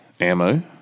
ammo